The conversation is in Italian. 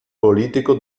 politico